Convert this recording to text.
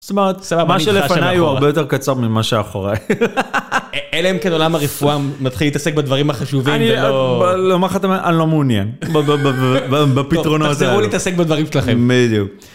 זאת אומרת, מה שלפניי הוא הרבה יותר קצר ממה שאחוריי. אלא אם כן עולם הרפואה מתחיל להתעסק בדברים החשובים.